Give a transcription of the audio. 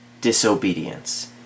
disobedience